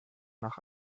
nach